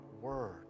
word